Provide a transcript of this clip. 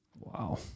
Wow